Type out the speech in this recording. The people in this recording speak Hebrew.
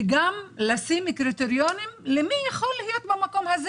וגם לשים קריטריונים מי יכול להיות במקום הזה